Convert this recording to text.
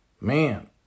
Man